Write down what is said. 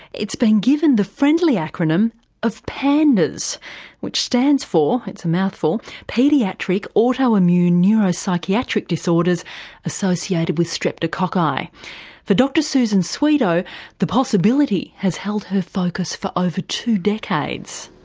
it's been given the friendly acronym of pandas which stands for, it's a mouthful, paediatric autoimmune neuropsychiatric disorders associated with streptococci. for dr susan swedo the possibility has held her focus for over two decades.